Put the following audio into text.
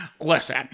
Listen